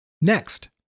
next